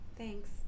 Thanks